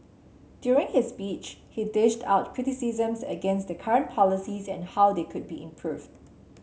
during his speech he dished out criticisms against the current policies and how they could be improved